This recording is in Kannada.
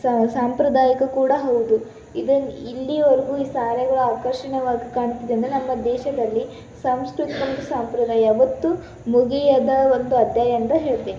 ಸ ಸಾಂಪ್ರದಾಯಿಕ ಕೂಡ ಹೌದು ಇದನ್ನು ಇಲ್ಲೀವರೆಗೂ ಈ ಸೀರೆಗಳ್ ಆಕರ್ಷಣೀಯವಾಗಿ ಕಾಣ್ತಿದೆ ಅಂದರೆ ನಮ್ಮ ದೇಶದಲ್ಲಿ ಸಾಂಸ್ಕೃತ್ ಸಂಪ್ರದಾಯ ಒಟ್ಟು ಮುಗಿಯದ ಒಂದು ಅಧ್ಯಾಯ ಅಂತ ಹೇಳ್ತೇನೆ